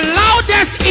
loudest